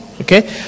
Okay